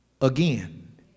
Again